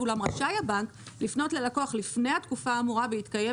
ואולם רשאי הבנק לפנות ללקוח לפני התקופה האמורה בהתקיים